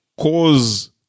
cause